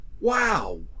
wow